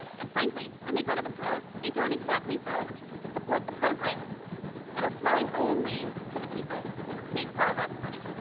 and frankly when they go to the polls they don't exactly vote to support the programs that are flowing only to the people who make far less money.